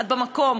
את במקום.